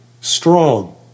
strong